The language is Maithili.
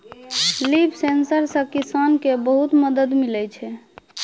लिफ सेंसर से किसान के बहुत मदद मिलै छै